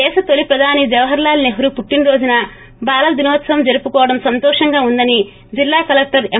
దేశ తొలి ప్రధాని జవహర్ లాల్ సెస్తాు పుట్లిన రోజున బాలల దినోత్సవంగా జరుపుకోవడం సంతోషంగా ఉందని జిల్లా కలెక్షర్ ఎం